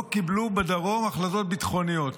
לא קיבלו בדרום החלטות ביטחוניות.